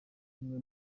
umwe